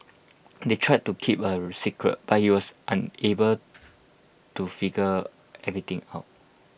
they tried to keep A secret but he was unable to figure everything out